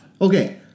Okay